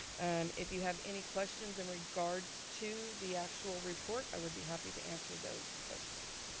if you have any questions in regard to the actual report, i would be happy to answer those questions.